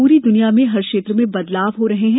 पूरी दुनिया में हर क्षेत्र में बदलाव हो रहे हैं